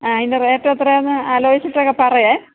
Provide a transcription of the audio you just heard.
അ അതിൻ്റെ റേറ്റെത്രയാന്ന് ആലോചിച്ചിട്ടൊക്കെ പറയ്